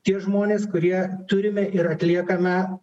tie žmonės kurie turime ir atliekame